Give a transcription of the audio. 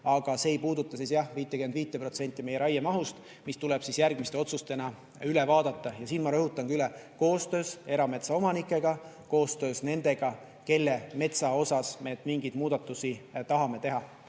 aga see ei puuduta jah 55% meie raiemahust, mis tuleb järgmiste otsustena üle vaadata. Ja siinkohal ma rõhutangi üle: koostöös erametsaomanikega, koostöös nendega, kelle metsaga me mingeid muudatusi tahame teha.